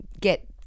get